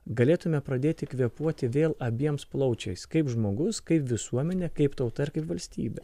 galėtume pradėti kvėpuoti vėl abiems plaučiais kaip žmogus kaip visuomenė kaip tauta ir kaip valstybė